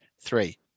three